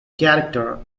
character